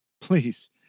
Please